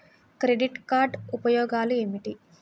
Credit card ఉపయోగాలు ఏమిటి?